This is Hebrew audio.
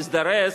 הזדרז